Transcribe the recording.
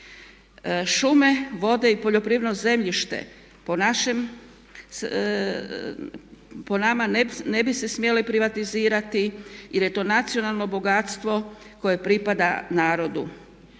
Šume, vode i poljoprivredno zemljište po našem, po nama ne bi se smjele privatizirati jer je to nacionalno bogatstvo koje pripada narodu.